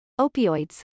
opioids